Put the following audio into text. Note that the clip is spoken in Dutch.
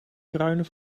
kruinen